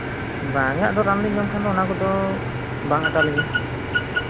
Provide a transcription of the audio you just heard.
ᱵᱟᱝᱜᱮ ᱟᱫᱚ ᱨᱟᱱ ᱞᱤᱧ ᱡᱚᱢ ᱠᱷᱟᱱ ᱫᱚ ᱚᱱᱟ ᱠᱚᱫᱚ ᱵᱟᱝ ᱟᱛᱟ ᱞᱤᱧᱟ